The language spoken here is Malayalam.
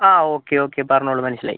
ആ ഓക്കെ ഓക്കെ പറഞ്ഞോളൂ മനസ്സിലായി